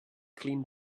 clean